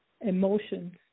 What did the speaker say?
emotions